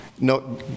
no